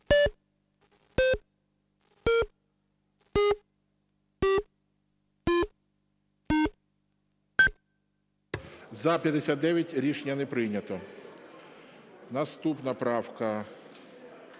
За-59 Рішення не прийнято. Наступна правка